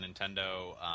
Nintendo